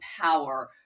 power